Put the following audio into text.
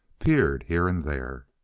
peered here and there.